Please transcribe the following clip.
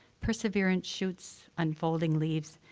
perseverant shoots, unfolding leaves,